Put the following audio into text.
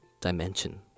dimension